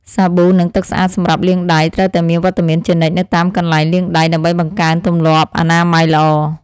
សាប៊ូនិងទឹកស្អាតសម្រាប់លាងដៃត្រូវតែមានវត្តមានជានិច្ចនៅតាមកន្លែងលាងដៃដើម្បីបង្កើនទម្លាប់អនាម័យល្អ។